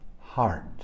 heart